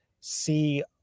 see